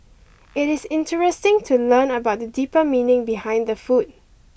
it is interesting to learn about the deeper meaning behind the food